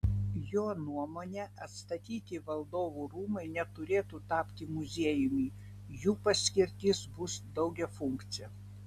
jo nuomone atstatyti valdovų rūmai neturėtų tapti muziejumi jų paskirtis bus daugiafunkcė